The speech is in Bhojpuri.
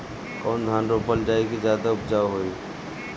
कौन धान रोपल जाई कि ज्यादा उपजाव होई?